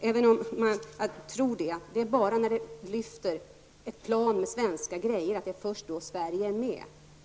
Även om man kan tro så, är det inte först när det lyfter ett plan med svenska saker som Sverige är med.